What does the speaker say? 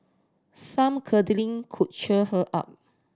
some cuddling could cheer her up